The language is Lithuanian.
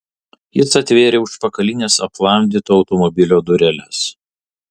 jis atvėrė užpakalines aplamdyto automobilio dureles